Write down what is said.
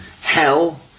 Hell